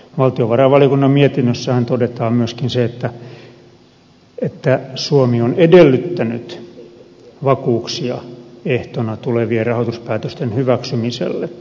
valtiovarainvaliokunnan mietinnössähän todetaan myöskin se että suomi on edellyttänyt vakuuksia ehtona tulevien rahoituspäätösten hyväksymiselle